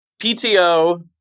PTO